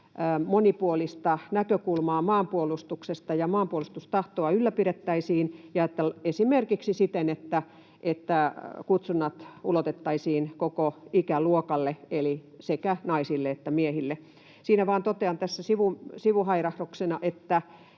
monipuolista näkökulmaa maanpuolustuksesta ylläpidettäisiin esimerkiksi siten, että kutsunnat ulotettaisiin koko ikäluokalle eli sekä naisille että miehille. Totean vain tässä sivuhairahduksena,